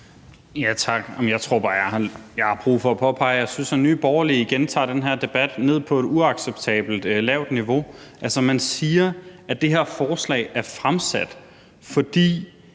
Jeg tror bare, jeg har brug for at påpege, at jeg synes, at Nye Borgerlige igen tager den her debat ned på et uacceptabelt lavt niveau. Man siger, at det her forslag er fremsat, fordi